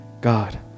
God